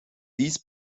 dies